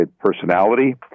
personality